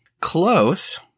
Close